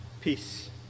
peace